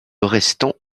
restant